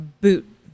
boot